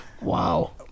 Wow